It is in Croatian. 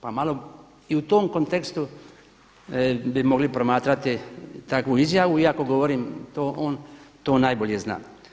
Pa malo i u tom kontekstu bi mogli promatrati takvu izjavu iako govorim to on to najbolje zna.